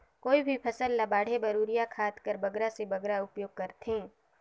कोई भी फसल ल बाढ़े बर युरिया खाद कर बगरा से बगरा उपयोग कर थें?